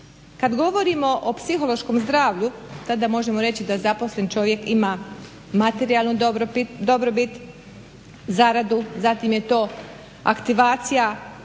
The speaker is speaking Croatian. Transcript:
kad govorimo o psihološkom zdravlju tada možemo reći da zaposlen čovjek ima materijalnu dobrobit, zaradu, zatim je to aktivacija